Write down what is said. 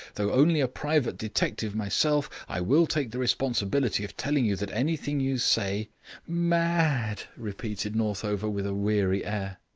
though only a private detective myself, i will take the responsibility of telling you that anything you say mad, repeated northover, with a weary air.